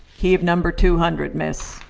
key of number two hundred, miss,